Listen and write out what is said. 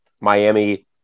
Miami